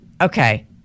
Okay